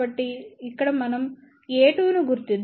ఇక్కడ మనం a2 ను గుర్తిద్దాం